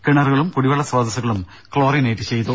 കിണറുകളും കുടിവെള്ള സ്രോതസ്സുകളും ക്ലോറിനേറ്റ് ചെയ്തു